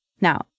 Now